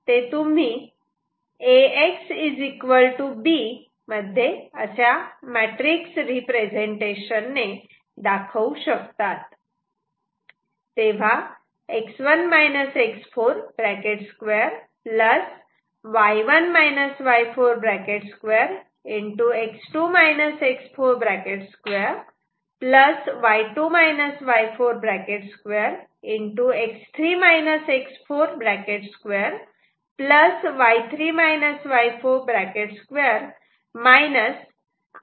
आणि ते तुम्ही मध्ये मॅट्रिक्स रिप्रेझेंटेशन ने दाखवू शकतात